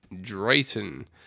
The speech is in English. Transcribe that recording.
Drayton